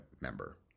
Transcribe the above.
member